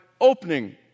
opening